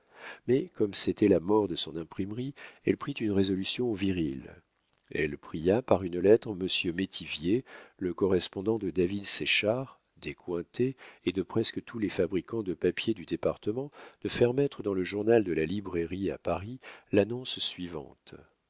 mais comme c'était la mort de son imprimerie elle prit une résolution virile elle pria par une lettre monsieur métivier le correspondant de david séchard des cointet et de presque tous les fabricants de papier du département de faire mettre dans le journal de la librairie à paris l'annonce suivante